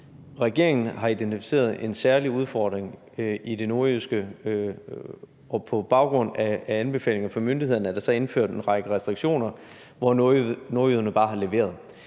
Regeringen har identificeret en særlig udfordring i det nordjyske, og på baggrund af anbefalinger fra myndighederne er der så indført en række restriktioner, hvor nordjyderne bare har leveret.